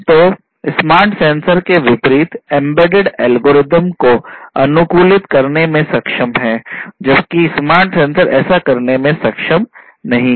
तो वे smart sensor के विपरीत एम्बेडेड एल्गोरिदम को अनुकूलित करने में सक्षम हैं जबकि स्मार्ट सेंसर ऐसा करने में सक्षम नहीं थे